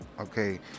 okay